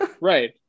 right